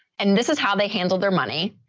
and this is how they handled their money.